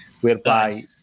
whereby